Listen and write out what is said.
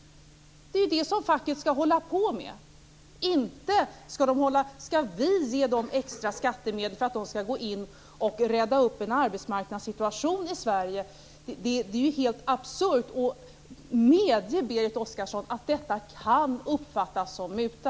Det är det som facket skall hålla på med. Inte skall vi ge dem extra skattemedel för att de skall gå in och rädda en arbetsmarknadssituation i Sverige. Det är ju helt absurt. Medge, Berit Oscarsson, att detta kan uppfattas som muta!